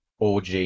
OG